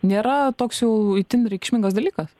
nėra toks jau itin reikšmingas dalykas